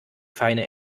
feine